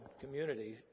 community